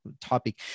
topic